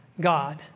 God